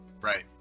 Right